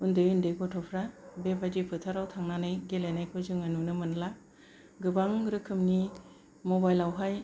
उन्दै उन्दै गथ'फ्रा बेबायदि फोथाराव थांनानै गेलेनायखौ जोङो नुनो मोनला गोबां रोखोमनि मबाइलावहाय